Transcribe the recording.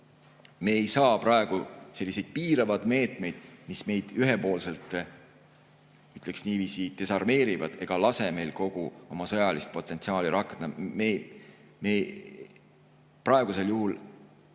Me ei saa praegu [säilitada] selliseid piiravaid meetmeid, mis meid ühepoolselt, ütleks niiviisi, desarmeerivad ega lase meil kogu oma sõjalist potentsiaali rakendada. Me praegu ei tohiks